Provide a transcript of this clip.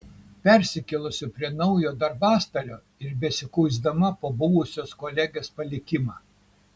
persikėlusi prie naujo darbastalio ir besikuisdama po buvusios kolegės palikimą